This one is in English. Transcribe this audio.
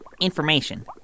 information